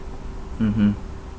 mmhmm